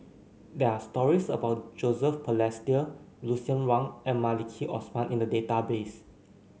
there are stories about Joseph Balestier Lucien Wang and Maliki Osman in the database